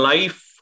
Life